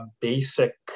basic